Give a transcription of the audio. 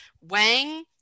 wang